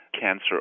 cancer